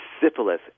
syphilis